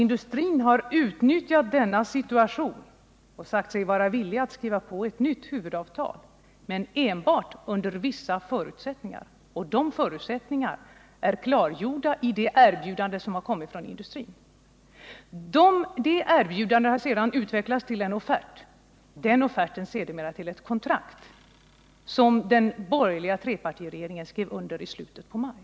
Industrin har utnyttjat denna situation och sagt sig vara villig att skriva på ett nytt huvudavtal, men enbart under vissa förutsättningar, och dessa är klargjorda i det erbjudande som har kommit från industrin. Detta erbjudande har sedan utvecklats till en offert och denna sedermera till ett kontrakt, som den borgerliga trepartiregeringen skrev under i slutet av maj.